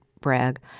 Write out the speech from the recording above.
brag